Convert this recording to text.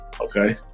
Okay